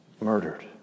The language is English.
murdered